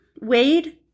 Wade